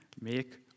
make